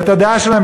את הדעה שלהם,